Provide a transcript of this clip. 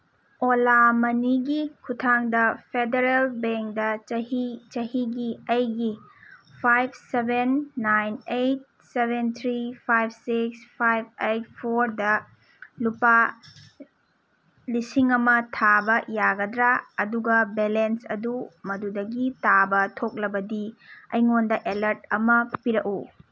ꯑꯣꯂꯥ ꯃꯅꯤꯒꯤ ꯈꯨꯠꯊꯥꯡꯗ ꯐꯦꯗꯔꯦꯜ ꯕꯦꯡꯗ ꯆꯍꯤ ꯆꯍꯤꯒꯤ ꯑꯩꯒꯤ five seven nine eight seven three five six five eight ꯐꯣꯔꯗ ꯂꯨꯄꯥ ꯂꯤꯁꯤꯡ ꯑꯃ ꯊꯥꯕ ꯌꯥꯒꯗ꯭ꯔꯥ ꯑꯗꯨꯒ ꯕꯦꯂꯦꯟꯁ ꯑꯗꯨ ꯃꯗꯨꯗꯒꯤ ꯇꯥꯕ ꯊꯣꯛꯂꯕꯗꯤ ꯑꯩꯉꯣꯟꯗ ꯑꯦꯂꯔꯠ ꯑꯃ ꯄꯤꯔꯛꯎ